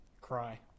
Cry